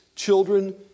Children